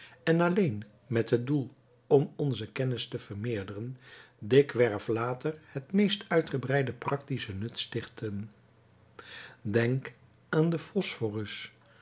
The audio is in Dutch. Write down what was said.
en alleen met het doel om onze kennis te vermeerderen dikwerf later het meest uitgebreide praktische nut stichten denk aan den